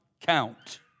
count